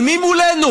אבל מי מולנו?